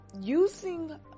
using